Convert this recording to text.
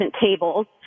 tables